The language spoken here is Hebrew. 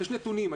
יש נתונים.